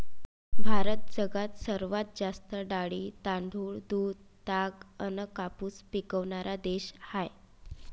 भारत जगात सर्वात जास्त डाळी, तांदूळ, दूध, ताग अन कापूस पिकवनारा देश हाय